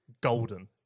golden